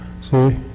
see